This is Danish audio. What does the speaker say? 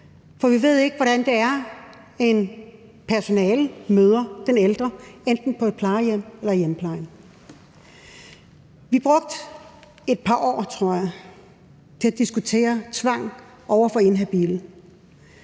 for vi ved ikke, hvordan det er, personalet møder den ældre på enten et plejehjem eller i hjemmeplejen. Vi brugte et par år, tror jeg, til at diskutere tvang over for inhabile,